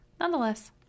Nonetheless